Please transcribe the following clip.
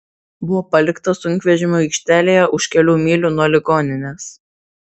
buvo paliktas sunkvežimių aikštelėje už kelių mylių nuo ligoninės